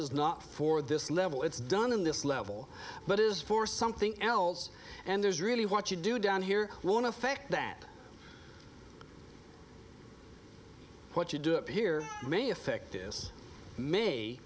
is not for this level it's done in this level but is for something else and there's really what you do down here won't affect that what you do it here may affect this may